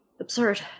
absurd